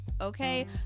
okay